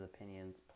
opinions